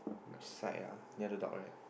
which side ah near the dog right